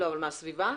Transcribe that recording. אבל מהסביבה?